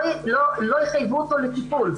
לא יחייבו אותו לטיפול?